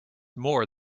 more